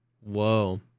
whoa